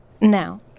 Now